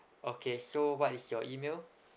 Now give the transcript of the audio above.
okay so what is your email